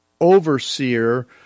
overseer